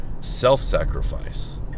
self-sacrifice